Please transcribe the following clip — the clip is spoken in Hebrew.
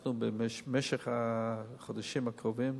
אנחנו במשך החודשים הקרובים,